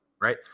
Right